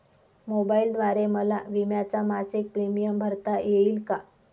मोबाईलद्वारे मला विम्याचा मासिक प्रीमियम भरता येईल का?